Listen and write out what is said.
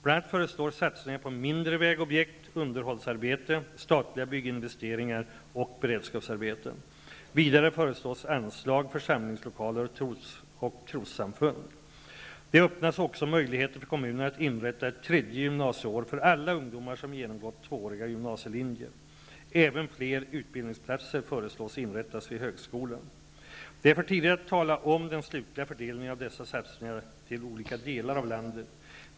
Bl.a. föreslås satsningar på mindre vägobjekt, underhållsarbete, statliga bygginvesteringar och beredskapsarbeten. Vidare föreslås anslag för samlingslokaler och trossamfund. Det öppnas också möjligheter för kommunerna att inrätta ett tredje gymnasieår för alla ungdomar som genomgått tvååriga gymnasielinjer. Även fler utbildningsplatser förslås inrättas inom högskolan. Det är för tidigt att tala om den slutliga fördelningen av dessa satsningar till olika delar av landet.